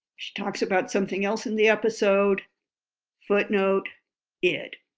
she talks about something else in the episode footnote id.